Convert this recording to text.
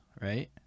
right